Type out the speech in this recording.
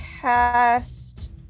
cast